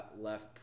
left